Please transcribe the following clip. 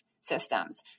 systems